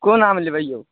कोन आम लेबै यै